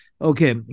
okay